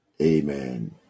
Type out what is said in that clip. Amen